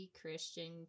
Christian